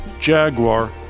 Jaguar